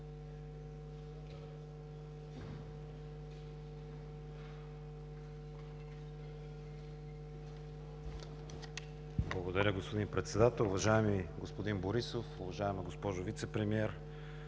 Благодаря, господин Председател. Уважаеми господин Борисов, уважаема госпожо Вицепремиер,